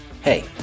Hey